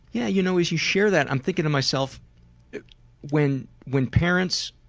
yeah you know as you share that i'm thinking to myself when when parents